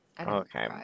Okay